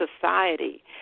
society